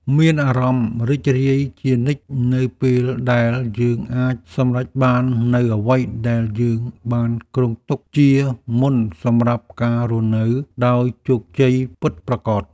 មានអារម្មណ៍រីករាយជានិច្ចនៅពេលដែលយើងអាចសម្រេចបាននូវអ្វីដែលយើងបានគ្រោងទុកជាមុនសម្រាប់ការរស់នៅដោយជោគជ័យពិតប្រាកដ។